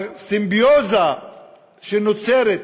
הסימביוזה שנוצרת,